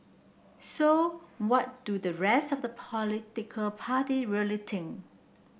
so what do the rest of the political party really think